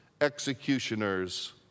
executioners